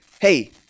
hey